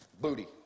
booty